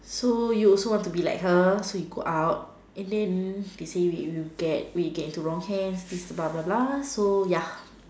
so you also want to be like her so you go out and then they say will get will get into wrong hands this bla bla bla so ya